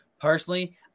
Personally